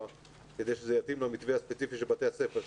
כדי שזה יתאים למתווה הספציפי של בתי הספר,